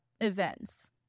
events